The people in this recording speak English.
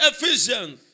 Ephesians